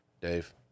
Dave